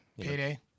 Payday